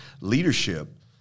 leadership